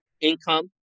income